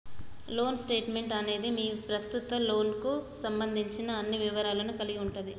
loan statement అనేది మీ ప్రస్తుత లోన్కు సంబంధించిన అన్ని వివరాలను కలిగి ఉంటది